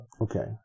Okay